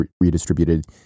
redistributed